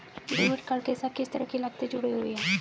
Debit card के साथ किस तरह की लागतें जुड़ी हुई हैं?